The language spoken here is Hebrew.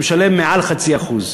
שמשלם מעל 0.5%,